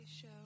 show